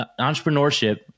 entrepreneurship